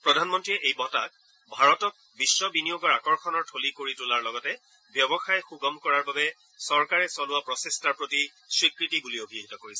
প্ৰধানমন্ত্ৰীয়ে এই বঁটাক ভাৰতক বিশ্ব বিনিয়োগৰ আকৰ্ষণৰ থলী কৰি তোলাৰ লগতে ব্যৱসায় সুগম কৰাৰ বাবে চৰকাৰে চলোৱা প্ৰচেষ্টাৰ প্ৰতি স্বীকৃতি বুলি অভিহিত কৰিছে